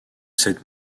cette